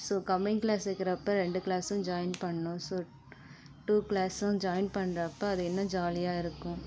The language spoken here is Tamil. ஸோ கம்பைன் கிளாஸ் வைக்கிறப்ப ரெண்டு கிளாஸும் ஜாயின் பண்ணும் ஸோ டூ கிளாஸ்ஸும் ஜாயின் பண்ணுறப்ப அது இன்னும் ஜாலியாக இருக்கும்